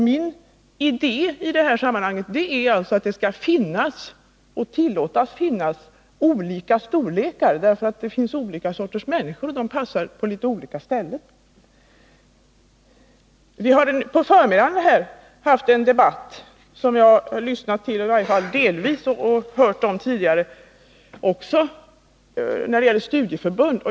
Min idé i detta sammanhang är att det skall tillåtas olika storlekar, för det finns olika sorters människor, och de passar på litet olika ställen. På förmiddagen hade vi en debatt om studieförbunden, som jag delvis lyssnade till.